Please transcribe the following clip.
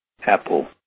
apple